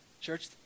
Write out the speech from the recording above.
Church